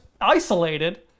isolated